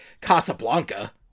Casablanca